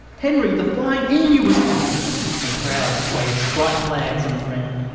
henry the flying emu was coming and crowds waved bright flags on the ground.